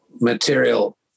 material